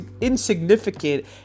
insignificant